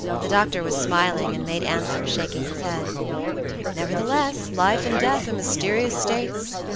the doctor was smiling, and made answer, shaking his head nevertheless life and death are mysterious states,